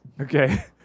Okay